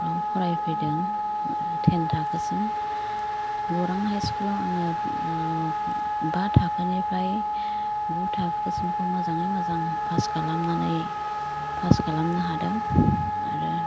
आव फरायफैदों टेन थाखोसिम गौरां हाई स्कुल आव आङो बा थाखोनिफ्राय गु थाखोसिमखौ मोजाङै मोजां पास खालामनानै पास खालामनो हादों आरो